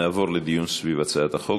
נעבור לדיון בהצעת החוק.